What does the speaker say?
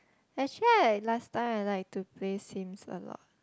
actually I last time I like to play Sims a lot